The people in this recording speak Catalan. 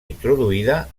introduïda